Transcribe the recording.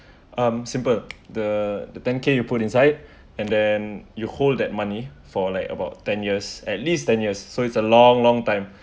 um simple the the pancake you put inside and then you hold that money for like about ten years at least ten years so it's a long long time